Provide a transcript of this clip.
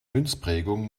münzprägung